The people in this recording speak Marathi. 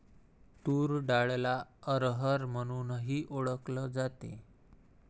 तूर डाळला अरहर म्हणूनही ओळखल जाते